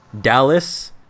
dallas